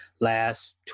last